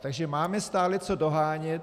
Takže máme stále co dohánět.